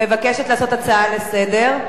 מבקשת להביא הצעה לסדר.